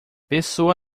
pessoa